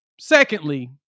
Secondly